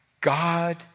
God